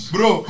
Bro